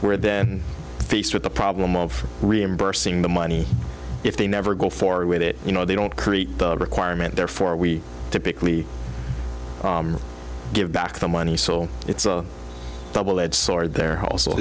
we're then faced with the problem of reimbursing the money if they never go forward with it you know they don't create the requirement therefore we typically give back the money so it's a double edged sword there also